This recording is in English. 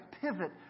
pivot